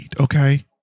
okay